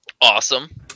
Awesome